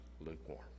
lukewarm